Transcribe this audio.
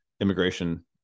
immigration